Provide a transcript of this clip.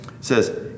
says